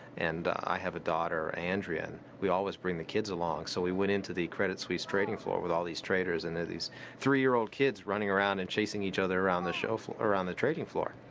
and i have a daughter, andrea. and we always bring the kids along so we went in to the credit suite's trading floor with all these traders and there are these three year old kids running around and chasing each other around the show floor, around the trading floor.